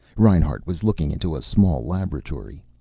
reinhart was looking into a small laboratory.